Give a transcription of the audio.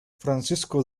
francisco